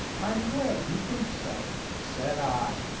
i'm glad you think so, said i.